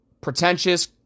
pretentious